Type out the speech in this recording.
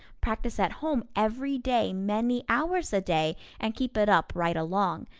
practice at home, every day, many hours a day, and keep it up right along.